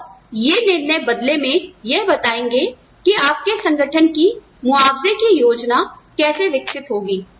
और ये निर्णय बदले में यह बताएंगे कि आपके संगठन की मुआवजे की योजना कैसे विकसित होगी